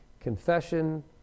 Confession